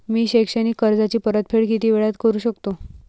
मी शैक्षणिक कर्जाची परतफेड किती वेळात करू शकतो